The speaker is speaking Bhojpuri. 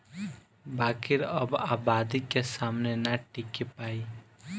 बाकिर अब आबादी के सामने ना टिकी पाई